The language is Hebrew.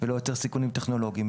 ולא יוצר סיכונים טכנולוגיים,